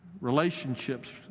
relationships